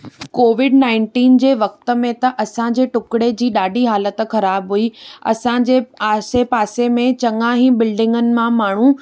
Covid nineteen जे वक़्त में त असांजे टुकड़े जी ॾाढी हालत ख़राब हुई असांजे आसे पासे में चङा ई बिल्डिंगनि मां माण्हू